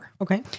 Okay